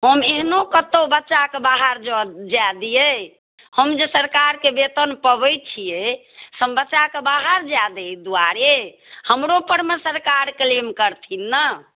हम एहनो कतहु बच्चाके बाहर जो जाय दियै हम जे सरकारके वेतन पबै छियै से हम बच्चाकेँ बाहर जाय दै दुआरे हमरो परमे सरकार क्लेम करथिन ने